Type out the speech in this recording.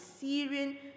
Syrian